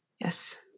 Yes